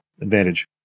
advantage